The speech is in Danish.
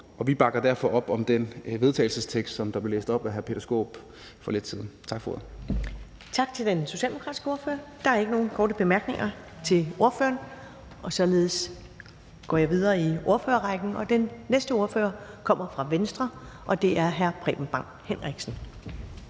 Vi bakker derfor op om den vedtagelsestekst, som blev læst op af hr. Peter Skaarup for lidt siden. Tak for ordet. Kl. 10:24 Første næstformand (Karen Ellemann): Tak til den socialdemokratiske ordfører. Der er ikke nogen korte bemærkninger til ordføreren. Således går jeg videre i ordførerrækken, og den næste ordfører kommer fra Venstre, og det er hr. Preben Bang Henriksen.